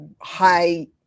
high